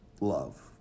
love